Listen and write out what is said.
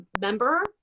member